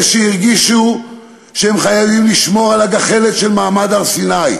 אלה שהרגישו שהם חייבים לשמור על הגחלת של מעמד הר-סיני,